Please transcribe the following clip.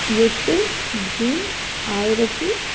எட்டு ஜூன் ஆயிரத்தி